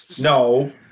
No